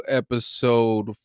episode